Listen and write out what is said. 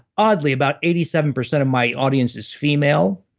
oddly, about eighty seven percent of my audience is female,